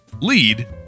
lead